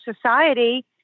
society